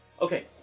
Okay